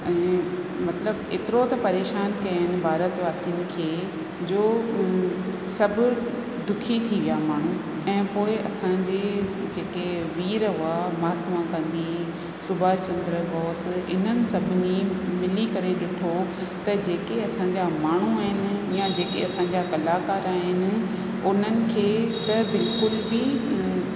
ऐं मतिलबु एतिरो त परेशानु कयनि भारत वासियुनि खे जो सभु दुखी थी विया माण्हू ऐं पोइ असांजे जेके वीर हुआ महात्मा गांधी सुभाष चंद्र बोस इन्हनि सभिनी मिली करे ॾिठो त जेके असांजा माण्हू आहिनि या जेके असांजा कलाकार आहिनि उन्हनि खे त बिल्कुलु बि